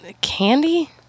candy